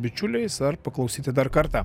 bičiuliais ar paklausyti dar kartą